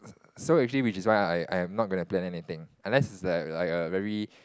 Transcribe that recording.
so actually which is why I'm not gonna plan anything unless it's like like a very